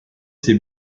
ses